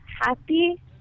happy